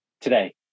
today